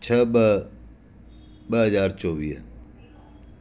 छह ॿ ॿ हज़ार चोवीह